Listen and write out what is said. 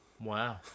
Wow